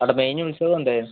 അവിടെ മെയിൻ ഉൽസവം ഉണ്ട്